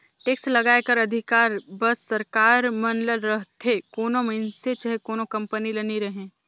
tax लगाए कर अधिकार बस सरकार मन ल रहथे कोनो मइनसे चहे कोनो कंपनी ल नी रहें